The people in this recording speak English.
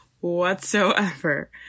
whatsoever